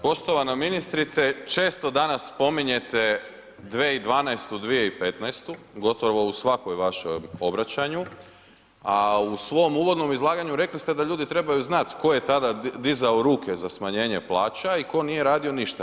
Poštovana ministrice, često danas spominjete 2012., 2015., gotovo u svakom vašem obraćanju a u svom uvodnom izlaganju, rekli ste da ljudi trebaju znati tko je tada dizao ruke za smanjenje plaća i tko nije radio ništa.